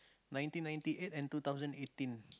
ninety ninety eight and two thousand eighteen